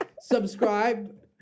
Subscribe